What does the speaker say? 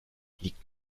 liegt